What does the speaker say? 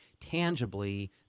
tangibly